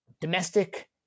domestic